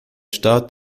staat